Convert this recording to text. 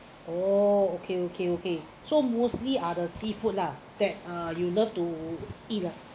oh okay okay okay so mostly other seafood lah that you love to eat lah